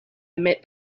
met